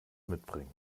mitbringen